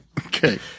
Okay